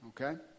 okay